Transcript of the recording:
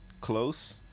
close